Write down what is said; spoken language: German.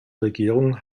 regierung